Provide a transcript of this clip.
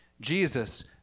Jesus